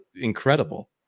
incredible